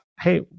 Hey